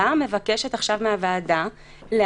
למשל, הראשונה היא טרם.